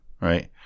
Right